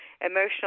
emotional